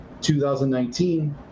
2019